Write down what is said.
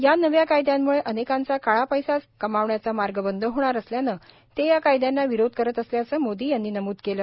या नव्या कायद्यांमुळे अनेकांचा काळा पैसा कमावण्याचा मार्ग बंद होणार असल्यानं ते या कायद्यांना विरोध करत असल्याचं मोदी यांनी नमूद केलं